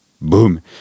boom